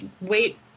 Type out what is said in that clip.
wait